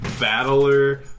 battler